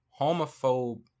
Homophobe